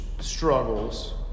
struggles